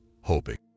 hoping